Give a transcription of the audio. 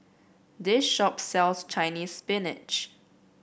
this shop sells Chinese Spinach